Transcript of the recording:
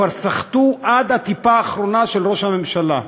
כבר סחטו עד הטיפה האחרונה של ראש הממשלה.